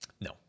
no